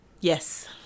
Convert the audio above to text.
Yes